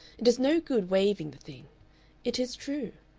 it is no good waiving the thing it is true.